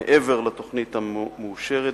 והיא מעבר לתוכנית המאושרת,